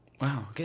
Wow